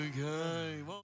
Okay